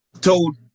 told